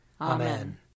Amen